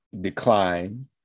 decline